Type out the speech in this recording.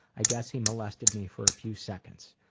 i guess he molested me for a few seconds.